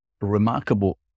remarkable